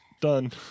done